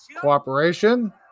Cooperation